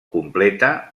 completa